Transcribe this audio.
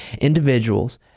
individuals